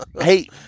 Hey